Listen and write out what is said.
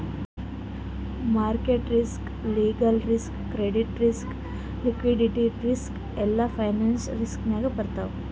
market risk, legal risk, credit risk, liquidity risk ಎಲ್ಲಾ finance risk ನಾಗೆ ಬರ್ತಾವ್